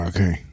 Okay